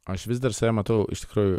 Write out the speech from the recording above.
aš vis dar save matau iš tikrųjų